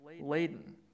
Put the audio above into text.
laden